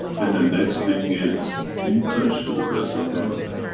and the next thing is in touch to the breast of the mother.